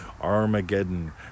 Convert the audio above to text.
Armageddon